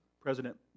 President